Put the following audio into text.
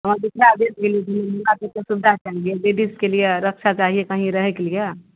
सुविधा चाहिये लेडीजके लिए रक्षा चाहिये कहीं रहयके लिये